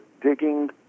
digging